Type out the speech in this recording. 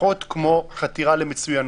ופחות כמו חתירה למצוינות.